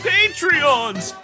Patreons